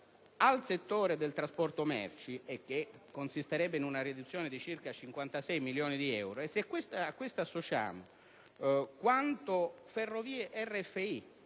al settore del trasporto merci e che consisterebbe in una riduzione di circa 56 milioni di euro. Se a ciò associamo quanto Ferrovie-RFI